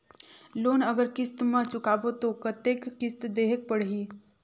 Loan अगर किस्त म चुकाबो तो कतेक किस्त देहेक पढ़ही?